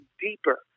deeper